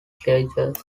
sagas